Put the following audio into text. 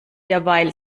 derweil